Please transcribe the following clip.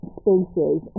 spaces